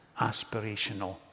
aspirational